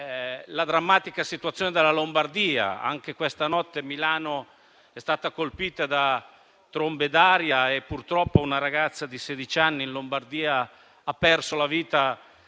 la drammatica situazione della Lombardia; anche questa notte Milano è stata colpita da trombe d'aria. Purtroppo una ragazza di sedici anni in Lombardia ha perso la vita